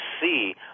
see